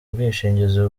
ubwishingizi